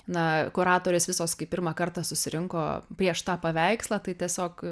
na kuratorės visos kai pirmą kartą susirinko prieš tą paveikslą tai tiesiog